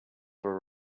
were